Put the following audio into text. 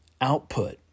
output